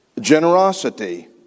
generosity